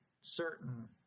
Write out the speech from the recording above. certain